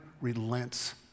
relents